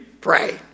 Pray